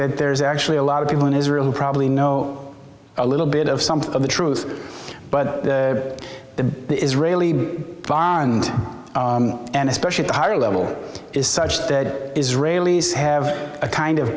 that there's actually a lot of people in israel who probably know a little bit of some of the truth but the israeli violent and especially the higher level is such that israelis have a kind of